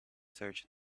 search